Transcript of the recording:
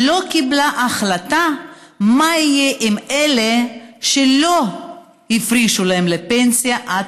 לא קיבלה החלטה מה יהיה עם אלה שלא הפרישו להם לפנסיה עד